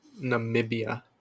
Namibia